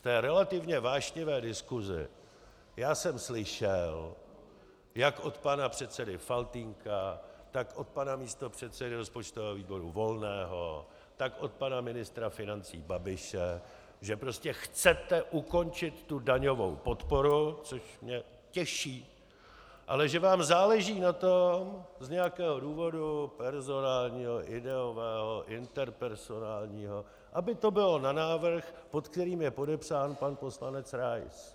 V té relativně vášnivé diskusi jsem slyšel jak od pana předsedy Faltýnka, tak od pana místopředsedy rozpočtového výboru Volného, tak od pana ministra financí Babiše, že prostě chcete ukončit tu daňovou podporu, což mě těší, ale že vám záleží na tom, z nějakého důvodu personálního, ideového, interpersonálního aby to bylo na návrh, pod kterým je podepsán pan poslanec Rais.